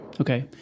okay